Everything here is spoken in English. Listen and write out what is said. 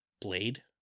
Blade